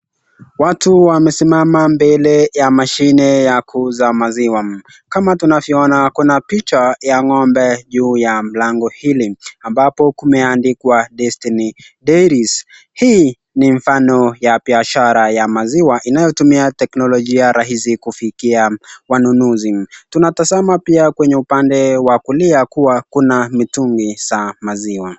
Watu wamesimama mbele ya mashine ya kuuza maziwa. Kama tunavyoona kuna picha ya ng'ombe juu ya mlango hili ambapo kumeandikwa Destiny Diaries . Hii ni mfano ya biashara ya maziwa inayotumia teknolojia rahisi kufikia wanunuzi. Tunatazama pia kwenye upande wa kulia kuwa kuna mitungi za maziwa.